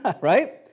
Right